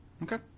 Okay